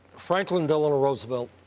franklin delano roosevelt